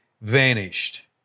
vanished